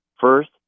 first